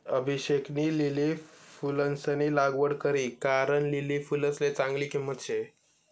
अभिषेकनी लिली फुलंसनी लागवड करी कारण लिली फुलसले चांगली किंमत शे